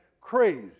crazy